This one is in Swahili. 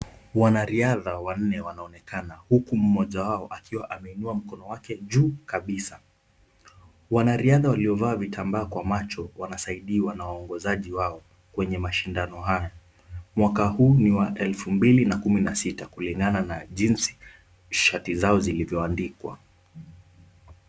Wanariadha wanne wanaonekana huku mmoja wao wakiwa ameinuwa mkono wake juu kabisa, wanariadha waliovaa vitambaa kwa macho wanasaidiwa na waongozaji wao kwenye mashindano hayo, mwaka huu ni wa elfu mbili kumi na tisa kulingana na jinsi shati zao zilizoandikwa.